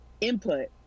input